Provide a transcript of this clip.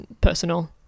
personal